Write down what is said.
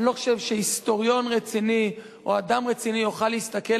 אני לא חושב שהיסטוריון רציני או אדם רציני יוכל להסתכל